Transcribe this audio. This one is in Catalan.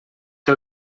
que